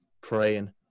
praying